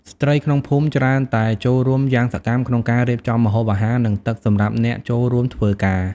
ស្ត្រីក្នុងភូមិច្រើនតែចូលរួមយ៉ាងសកម្មក្នុងការរៀបចំម្ហូបអាហារ និងទឹកសម្រាប់អ្នកចូលរួមធ្វើការ។